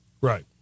Right